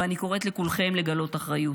ואני קוראת לכולכם לגלות אחריות.